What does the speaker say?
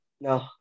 no